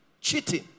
cheating